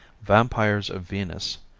vampires of venus,